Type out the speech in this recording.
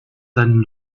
seinen